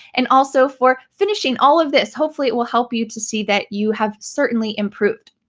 and also for finishing all of this. hopefully it will help you to see that you have certainly improved.